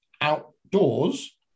outdoors